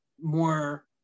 more